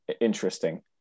interesting